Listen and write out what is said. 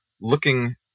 looking